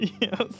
Yes